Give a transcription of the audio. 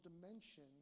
dimension